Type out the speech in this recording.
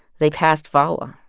they passed vawa.